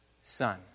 son